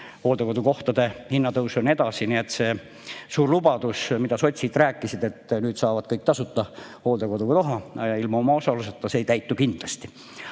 hooldekodukohtade hinna tõusu ja nii edasi. Nii et see suur lubadus, mida sotsid rääkisid, et nüüd saavad kõik tasuta hooldekodukoha ilma omaosaluseta, ei täitu kindlasti.